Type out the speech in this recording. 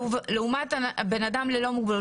הוא לעומת הבן אדם ללא מוגבלות,